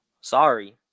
Sorry